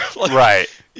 Right